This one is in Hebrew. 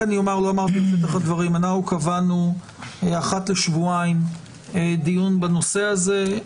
קבענו אחת לשבועיים דיון בנושא הזה.